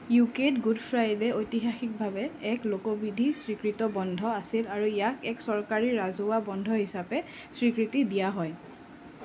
U কেত Good Friday ঐতিহাসিকভাৱে এক লোকবিধি স্বীকৃত বন্ধ আছিল আৰু ইয়াক এক চৰকাৰী ৰাজহুৱা বন্ধ হিচাপে স্বীকৃতি দিয়া হয়